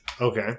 Okay